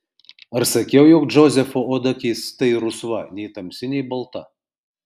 ar sakiau jog džozefo oda keistai rusva nei tamsi nei balta